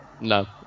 No